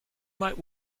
might